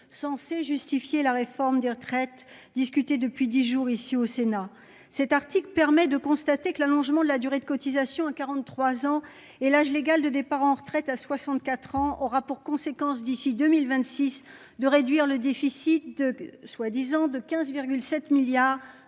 censé justifier la réforme des retraites, discutée depuis 10 jours, ici au Sénat. Cet article permet de constater que l'allongement de la durée de cotisation à 43 ans et l'âge légal de départ en retraite à 64 ans aura pour conséquence d'ici 2026, de réduire le déficit. Soit disant de 15 7 milliards